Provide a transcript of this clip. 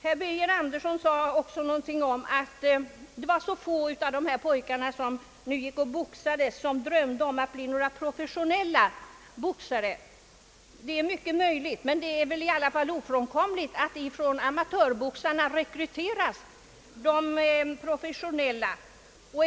Herr Birger Andersson nämnde också att mycket få av de pojkar som boxas drömmer om att bli professionella. Det är mycket möjligt, men det är väl ofrånkomligt att de professionella rekryteras från amatörboxarna.